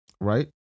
right